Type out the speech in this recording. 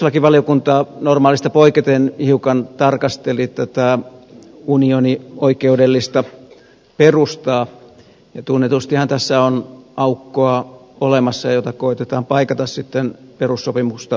perustuslakivaliokunta normaalista poiketen hiukan tarkasteli tätä unionioikeudellista perustaa ja tunnetustihan tässä on aukkoa olemassa jota koetetaan paikata sitten perussopimusta muuttamalla